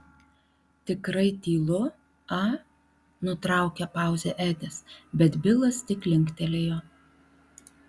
tikrai tylu a nutraukė pauzę edis bet bilas tik linktelėjo